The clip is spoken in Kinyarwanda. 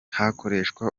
hakoreshwa